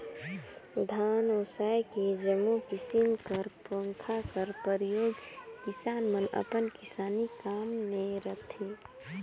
धान ओसाए के जम्मो किसिम कर पंखा कर परियोग किसान मन अपन किसानी काम मे करथे